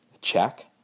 check